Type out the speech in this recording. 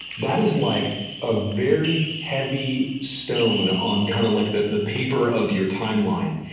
that is like a very heavy stone on kind of like the the paper of your timeline.